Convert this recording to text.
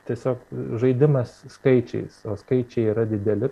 tiesiog žaidimas skaičiais o skaičiai yra dideli